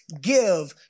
give